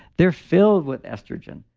they're filled with estrogen,